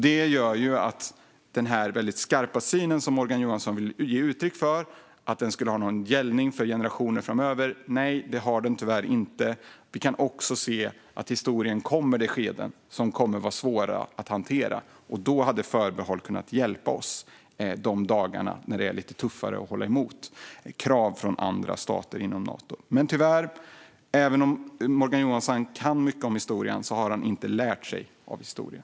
Detta gör att detta med den väldigt skarpa syn som Morgan Johansson vill ge uttryck för och menar ska vara gällande för generationer framöver tyvärr inte stämmer. Vi kan också se att det i historien kommer skeden som kommer att vara svåra att hantera. Då skulle ett förbehåll kunna hjälpa oss de dagar då det är lite tuffare att hålla emot krav från andra stater inom Nato. Men tyvärr, även om Morgan Johansson kan mycket om historien har han inte lärt sig av historien.